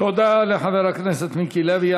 תודה לחבר הכנסת מיקי לוי.